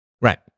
right